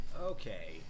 Okay